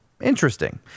Interesting